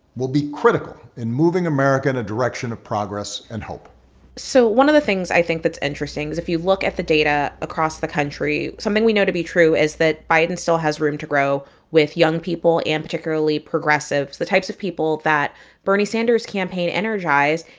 will be critical in moving america in a direction of progress and hope so one of the things, i think, that's interesting, is if you look at the data across the country, something we know to be true is that biden still has room to grow with young people and, particularly, progressives the types of people that bernie sanders' campaign energized.